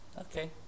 okay